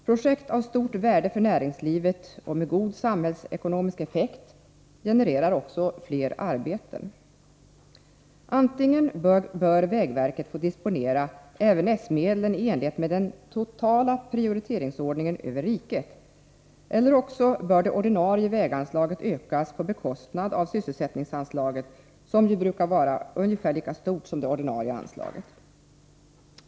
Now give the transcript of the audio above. Projekt av stort värde för näringslivet och med god samhällsekonomisk effekt genererar också fler arbeten. Antingen bör vägverket få disponera även s-medlen i enlighet med den totala prioriteringsordningen över riket, eller också bör det ordinarie väganslaget ökas på bekostnad av sysselsättningsanslaget, som ju brukar vara ungefär lika stort som det ordinarie anslaget.